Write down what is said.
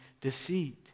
deceit